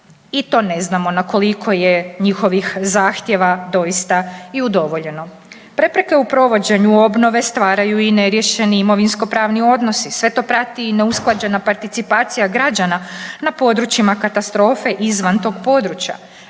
I to ne znamo na koliko je njihovih zahtjeva doista i udovoljeno. Prepreke u provođenju obnove stvaraju i neriješeni imovinsko-pravni odnosi sve to prati i neusklađena participacija građana na područjima katastrofe izvan tog područja.